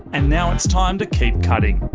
and now it's time to keep cutting.